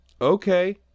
Okay